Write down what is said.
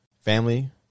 family